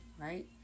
Right